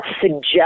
suggest